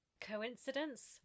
Coincidence